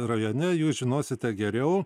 rajone jūs žinosite geriau